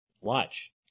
Watch